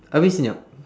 abeh senyap